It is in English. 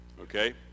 Okay